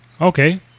Okay